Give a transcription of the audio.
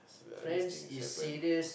friends is serious